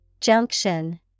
Junction